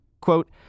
quote